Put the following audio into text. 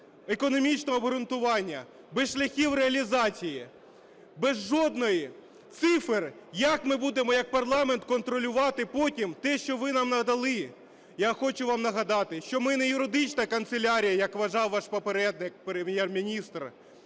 економічного обґрунтування, без шляхів реалізації, без жодної цифри. Як ми будемо як парламент контролювати потім те, що ви нам надали? Я хочу вам нагадати, що ми не юридична канцелярія, як вважав ваш попередник Прем'єр-міністр,